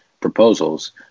proposals